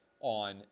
on